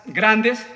grandes